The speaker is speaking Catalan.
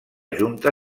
junta